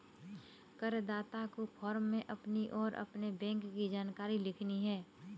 करदाता को फॉर्म में अपनी और अपने बैंक की जानकारी लिखनी है